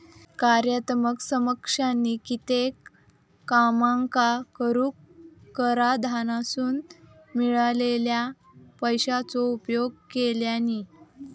कार्यात्मक समकक्षानी कित्येक कामांका करूक कराधानासून मिळालेल्या पैशाचो उपयोग केल्यानी